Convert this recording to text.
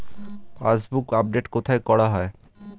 Passbook update কোথায় করা হয়?